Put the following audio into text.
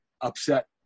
upset